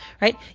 right